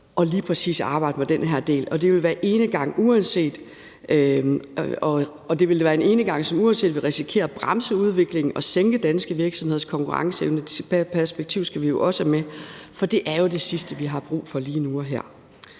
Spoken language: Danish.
med lige præcis den her del, og det vil være en enegang, som uanset hvad vil risikere at bremse udviklingen og sænke danske virksomheders konkurrenceevne. Det perspektiv skal vi jo også have med, for det er det sidste, vi har brug for lige nu og her.